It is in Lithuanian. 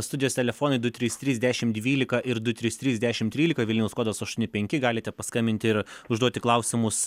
studijos telefonai du trys trys dešimt dvylika ir du trys trys dešimt trylika vilniaus kodas aštuoni penki galite paskambinti ir užduoti klausimus